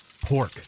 Pork